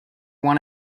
one